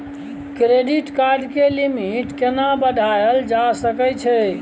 Credit card के limit केना बढायल जा सकै छै?